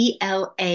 ELA